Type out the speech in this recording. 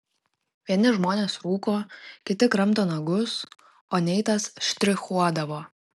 vieni žmonės rūko kiti kramto nagus o neitas štrichuodavo